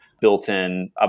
built-in